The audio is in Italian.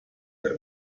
per